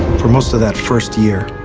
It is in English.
for most of that first year,